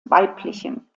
weiblichen